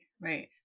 right